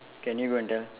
can you go and tell